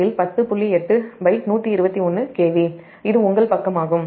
8121KV இது உங்கள் பக்கமாகும்